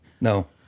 No